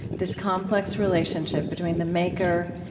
this complex relationship between the maker,